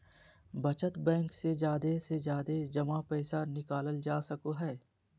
बचत बैंक से जादे से जादे जमा पैसा निकालल जा सको हय